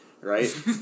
Right